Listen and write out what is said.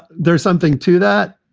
there's something to that.